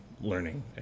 learning